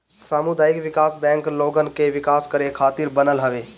सामुदायिक विकास बैंक लोगन के विकास करे खातिर बनल हवे